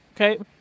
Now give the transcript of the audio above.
Okay